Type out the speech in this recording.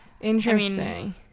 interesting